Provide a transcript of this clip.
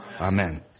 Amen